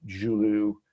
julu